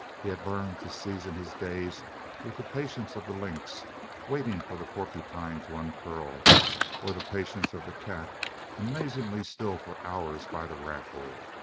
he had learned to season his days with the patience of the lynx waiting for the porcupine to uncurl or the patience of the cat amazingly still for hours by the rat-hole.